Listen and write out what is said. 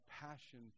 passion